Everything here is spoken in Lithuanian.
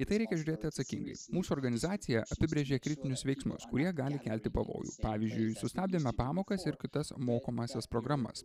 į tai reikia žiūrėti atsakingai mūsų organizacija apibrėžė kritinius veiksmus kurie gali kelti pavojų pavyzdžiui sustabdėme pamokas ir kitas mokomąsias programas